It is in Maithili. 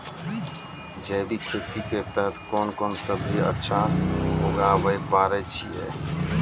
जैविक खेती के तहत कोंन कोंन सब्जी अच्छा उगावय पारे छिय?